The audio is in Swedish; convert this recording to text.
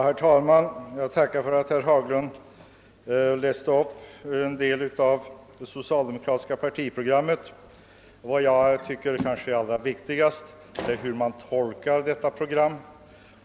Herr talman! Jag tackar för att herr Haglund läste upp en del av det socialdemokratiska partiprogrammet. Jag tycker emellertid att det viktigaste är hur man tolkar detta program.